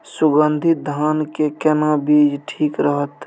सुगन्धित धान के केना बीज ठीक रहत?